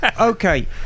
Okay